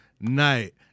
night